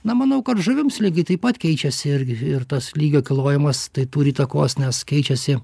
na manau kad žuvims lygiai taip pat keičiasi irgi ir tas lygio kilojimas tai turi įtakos nes keičiasi